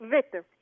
Victor